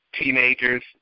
Teenagers